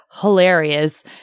Hilarious